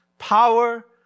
Power